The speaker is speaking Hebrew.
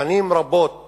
שנים רבות